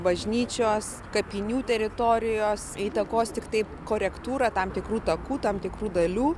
bažnyčios kapinių teritorijos įtakos tiktai korektūrą tam tikrų takų tam tikrų dalių